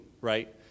right